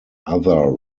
other